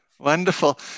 Wonderful